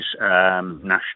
national